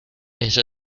eso